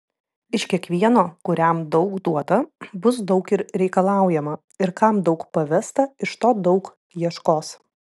iš kiekvieno kuriam daug duota bus daug ir reikalaujama ir kam daug pavesta iš to daug ieškos